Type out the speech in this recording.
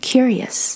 Curious